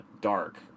Dark